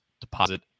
deposit